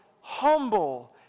humble